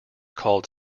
called